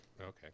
Okay